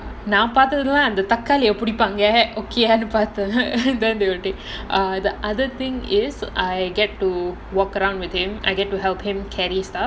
நான் பார்த்ததுலாம் அந்த தக்காளி எப்படி பண்ணுவ அது பார்த்தேன்:naan paarthathulaam andha thakkaali eppadi pannuva adha paarthaen then they will take the other thing is I get to walk around with him I get to help him carry stuff